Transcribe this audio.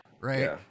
Right